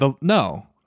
No